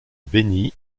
bénit